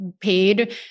paid